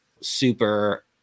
super